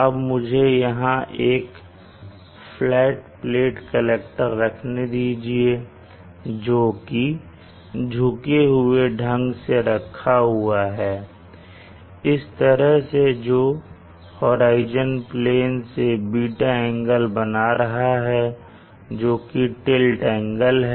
अब मुझे यहां एक फ्लैट प्लेट कलेक्टर रखने दीजिए जो की झुके हुए ढंग से रखा हुआ है इस तरह से जो होराइजन प्लेन से β एंगल बना रहा है जो की टिल्ट एंगल है